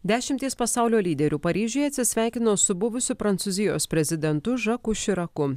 dešimtys pasaulio lyderių paryžiuje atsisveikino su buvusiu prancūzijos prezidentu žaku širaku